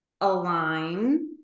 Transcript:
align